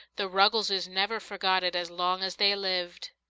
the ruggleses never forgot it as long as they lived.